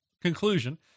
conclusion